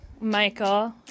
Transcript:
Michael